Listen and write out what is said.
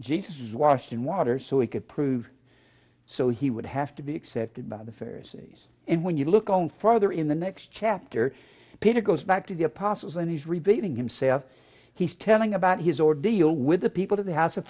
jesus washed in water so he could prove so he would have to be accepted by the figures he's in when you look on further in the next chapter peter goes back to the apostles and he's repeating himself he's telling about his ordeal with the people of the house of